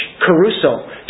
caruso